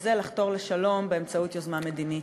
וזה לחתור לשלום באמצעות יוזמה מדינית.